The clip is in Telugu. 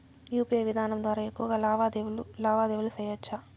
యు.పి.ఐ విధానం ద్వారా ఎక్కువగా లావాదేవీలు లావాదేవీలు సేయొచ్చా?